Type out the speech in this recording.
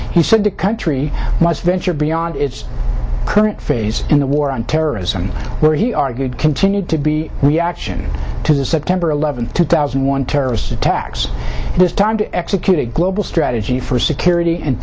he said the country must venture beyond its current phase in the war on terrorism where he argued continued to be reaction to the september eleventh two thousand and one terrorist attacks this time to execute a global strategy for